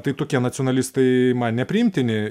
tai tokie nacionalistai man nepriimtini